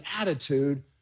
attitude